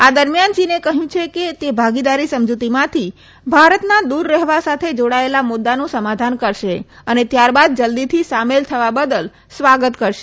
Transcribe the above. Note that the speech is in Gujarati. આ દરમિયાન ચીને કહ્યું છે કે તે ભાગીદારી સમજૂતીમાંથી ભારતના દૂર રહેવા સાથે જોડાયેલા મુદ્દાનું સમાધાન કરશે અને ત્યારબાદ જલ્દીથી સામેલ થવા બદલ સ્વાગત કરશે